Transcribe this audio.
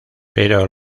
pero